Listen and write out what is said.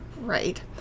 right